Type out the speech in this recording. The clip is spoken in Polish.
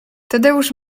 tadeusz